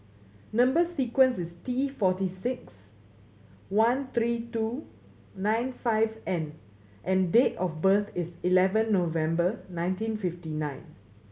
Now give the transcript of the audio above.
number sequence is T forty six one three two nine five N and date of birth is eleven November nineteen fifty nine